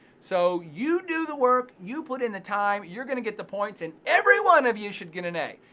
so you do the work, you put in the time, you're gonna get the points and every one of you should get an a.